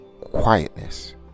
quietness